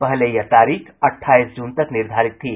पहले यह तारीख अठाईस जून तक निर्धारित थी